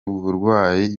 uburwayi